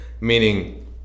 meaning